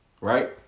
Right